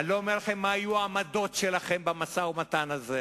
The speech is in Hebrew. אני לא אומר לכם מה יהיו העמדות שלכם במשא-ומתן שלכם,